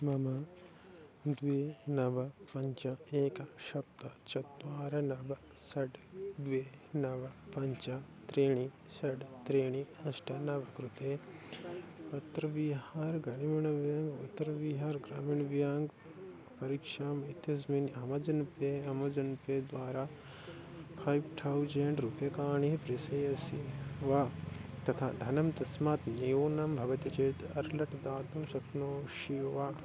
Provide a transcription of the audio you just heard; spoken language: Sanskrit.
मम द्वे नव पञ्च एक सप्त चत्वारि नव षट् द्वे नव पञ्च त्रीणि षट् त्रीणि अष्ट नव कृते अत्र विहार् ग्रामीण व्याङ्क् उत्तरविहार् ग्रामीण व्याङ्क् परीक्षाम् इत्यस्मिन् अमजन् पे अमजन् पे द्वारा फ़ैव् टौज़ण्ड् रूप्यकाणि प्रेषयसि वा तथा धनं तस्मात् न्यूनं भवति चेत् अर्लट् दातुं शक्नोषि वा